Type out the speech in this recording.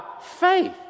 faith